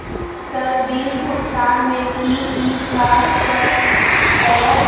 Sir bill भुगतान में की की कार्य पर हहै?